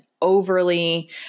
overly